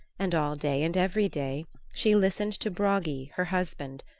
and all day and every day she listened to bragi, her husband,